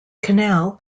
canal